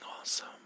awesome